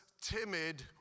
timid